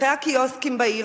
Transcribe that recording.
בפתחי הקיוסקים בעיר,